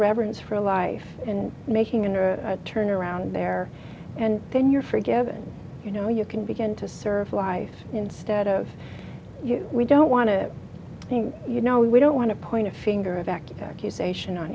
reverence for a life and making a new turn around there and then you're forgiven you know you can begin to serve life instead of you we don't want to think you know we don't want to point a finger of accusation on